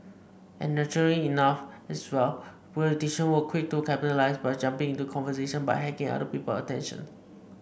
and naturally enough as well politician were quick to capitalise by jumping into the conversation by hacking other people attention